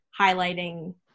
highlighting